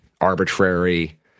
arbitrary